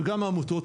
וגם העמותות,